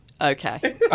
okay